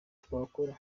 twakora